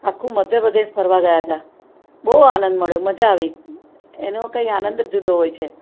આખું મધ્યપ્રદેશ ફરવા ગયા ત્યાં બહુ આનંદ મળ્યો મજા આવી એનો કઈ આનંદ જ જુદો હોય છે